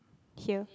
here